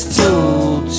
told